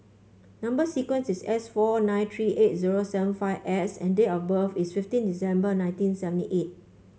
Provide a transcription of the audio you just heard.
number sequence is S four nine three eight zero seven five S and date of birth is fifteen December nineteen seventy eight